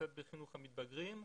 קצת בחינוך המתבגרים.